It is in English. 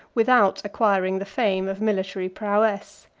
without acquiring the fame of military prowess.